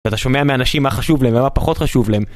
אתה שומע מאנשים מה חשוב להם ומה פחות חשוב להם